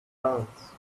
dance